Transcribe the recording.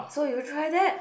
so you try that